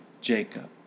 Jacob